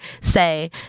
say